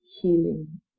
healing